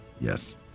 yes